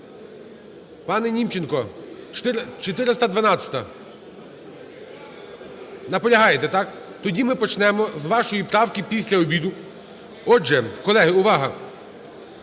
Пане Німченко! 412-а. Наполягаєте, так. Тоді ми почнемо з вашої правки після обіду. Отже, колеги, увага!